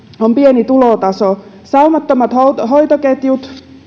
on pieni tulotaso saumattomat hoitoketjut